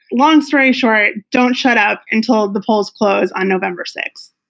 long story short, don't shut up until the polls close on november sixth.